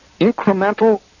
incremental